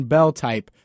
Bell-type